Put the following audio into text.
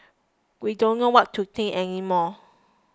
we don't know what to think any more